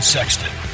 Sexton